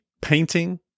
painting